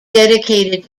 dedicated